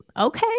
Okay